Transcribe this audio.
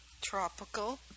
Tropical